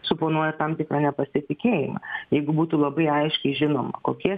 suponuoja tam tikrą nepasitikėjimą jeigu būtų labai aiškiai žinoma kokie